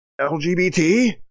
LGBT